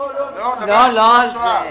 --- לא על זה,